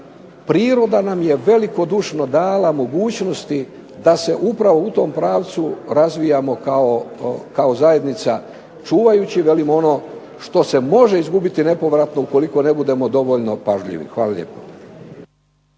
Priroda nam je velikodušno dala mogućnosti da se upravo u tom pravcu razvijamo kao zajednica čuvajući velim ono što se može izgubiti nepovratno ukoliko ne budemo dovoljno pažljivi. Hvala lijepo.